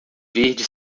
verde